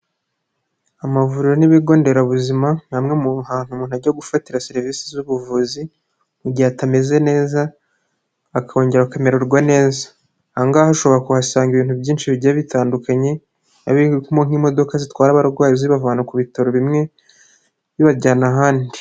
Amavuriro n'ibigo nderabuzima ni hamwe mu hantu umuntu ajya gufatira serivisi z'ubuvuzi mu gihe atameze neza, akongera akamererwa neza. Ahangaha ushobora kuhasanga ibintu byinshi bigiye bitandukanyem, nk'imodoka zitwara abarwayi zibavana ku bitaro bimwe zibajyana ahandi.